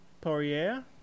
Poirier